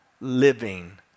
living